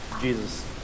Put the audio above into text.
jesus